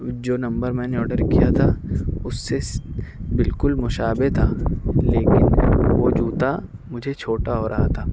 جو نمبر میں نے آڈر کیا تھا اُس سے بالکل مشابے تھا لیکن وہ جوتا مجھے چھوٹا ہو رہا تھا